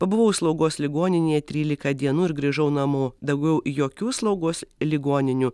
pabuvau slaugos ligoninėje trylika dienų ir grįžau namo daugiau jokių slaugos ligoninių